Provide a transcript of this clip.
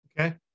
Okay